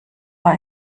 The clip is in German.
war